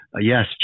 yes